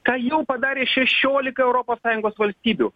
ką jau padarė šešiolika europos sąjungos valstybių